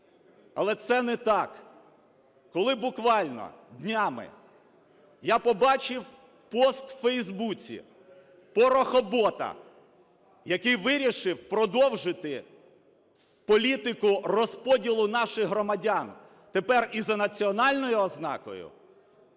але це не так. Коли буквально днями я побачив пост у Фейсбуці "порохобота", який вирішив продовжити політику розподілу наших громадян тепер і за національною ознакою,